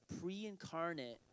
pre-incarnate